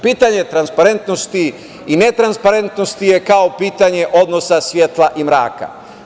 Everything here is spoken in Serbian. Pitanje transparentnosti i ne transparentnosti je kao i pitanje odnosa svetla i mraka.